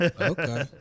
Okay